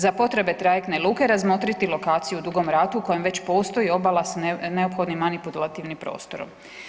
Za potrebe trajektne luke, razmotriti lokaciju u Dugom ratu u kojem već postoji obala s neophodnim manipulativnim prostorom.